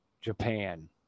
Japan